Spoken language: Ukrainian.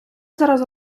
зараз